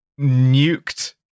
nuked